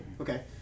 okay